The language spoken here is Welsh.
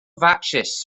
fatsis